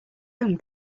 own